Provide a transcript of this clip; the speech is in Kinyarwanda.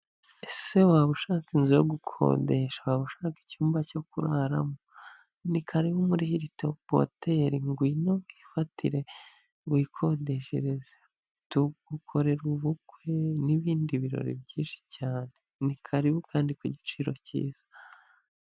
Ese waba ushaka inzu yo gukodesha, waba ushaka icyumba cyo kuraramo? Ni karibu muri Hilltop hoteli ngwino wifatire, wikodesheze tugukorera ubukwe n'ibindi birori byinshi cyane, ni karibu kandi ku igiciro kiza.